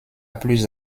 plus